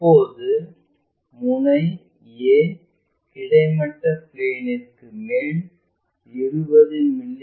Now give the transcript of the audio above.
இப்போது முனை a கிடைமட்ட பிளேன்ற்கு மேல் 20 மி